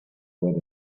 word